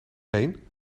heen